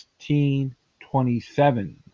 1627